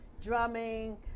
drumming